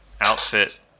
outfit